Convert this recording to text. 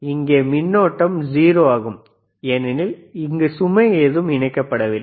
இங்கே மின்னோட்டம் 0 ஆகும் ஏனெனில் சுமை எதுவும் இணைக்கப்படவில்லை